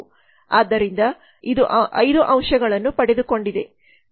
ಆದ್ದರಿಂದ ಇದು 5 ಅಂಶಗಳನ್ನು ಪಡೆದುಕೊಂಡಿದೆ